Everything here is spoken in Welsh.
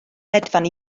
hedfan